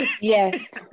Yes